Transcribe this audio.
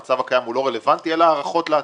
המצב הקיים לא רלוונטי אלא הערכות לעתיד.